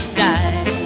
die